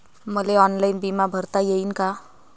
मले ऑनलाईन बिमा भरता येईन का?